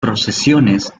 procesiones